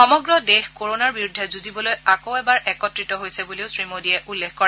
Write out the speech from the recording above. সমগ্ৰ দেশ কৰণাৰ বিৰুদ্ধে যুঁজিবলৈ আকৌ এবাৰ একত্ৰিত হৈছে বুলি শ্ৰীমোদীয়ে উল্লেখ কৰে